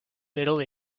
middle